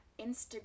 Instagram